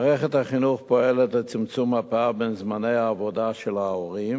מערכת החינוך פועלת לצמצום הפער בין זמני העבודה של ההורים